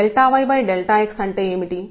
yx అంటే ఏమిటి